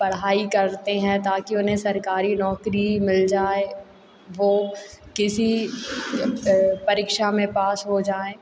पढ़ाई करते हैं ताकि उन्हें सरकारी नौकरी मिल जाए वो किसी परीक्षा में पास हो जाएँ